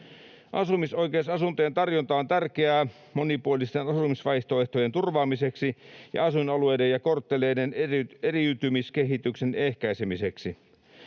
Asumisoikeusasuntojen tarjonta on tärkeää monipuolisten asumisvaihtoehtojen turvaamiseksi ja asuinalueiden ja kortteleiden eriytymiskehityksen ehkäisemiseksi.